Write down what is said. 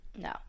No